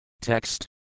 Text